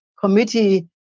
Committee